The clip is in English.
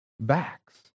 backs